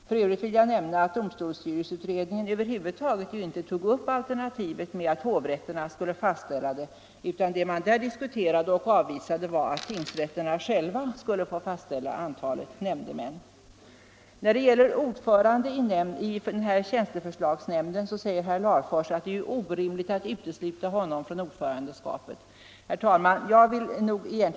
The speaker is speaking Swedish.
För övrigt vill jag nämna att domstolsstyrelseutredningen över huvud taget inte tog upp alternativet att hovrätterna skulle fastställa antalet nämndemän, utan vad utredningen diskuterade och avvisade var att tingsrätterna själva skulle få besluta i den frågan. Herr Larfors sade att det är orimligt att utesluta verkets generaldirektör från ordförandeskapet i tjänsteförslagsnämnden.